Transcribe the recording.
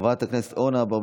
חבר הכנסת השר שלמה קרעי,